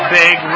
big